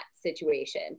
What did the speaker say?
situation